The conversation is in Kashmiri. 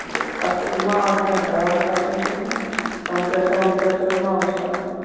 ٹھیٖک اَتھ ما آو کیٚنٛہہ ٹاس واس کُنہِ سۭتۍ کَمپرٛٮ۪سَر وَمپرٛٮ۪سَرَس ما آس ٹاس واس